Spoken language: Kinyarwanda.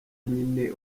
nyine